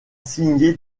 signé